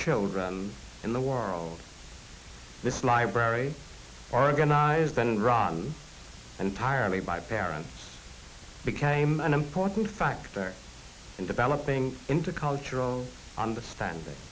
children in the world this library organized been run and tyree by parents became an important factor in developing into cultural understanding